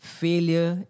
failure